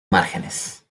márgenes